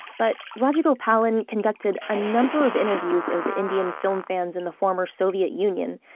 but rajagopal and conducted a number of interviews of indian film fans in the former soviet union,